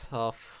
tough